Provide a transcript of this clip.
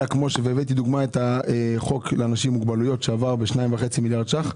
והבאתי דוגמה את החוק לאנשים עם מוגבלויות שעבר ב-2.5 מיליארד ₪.